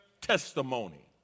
testimony